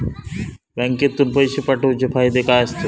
बँकेतून पैशे पाठवूचे फायदे काय असतत?